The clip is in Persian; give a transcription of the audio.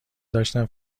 داشتم